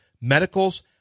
medicals